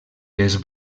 les